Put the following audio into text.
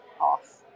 off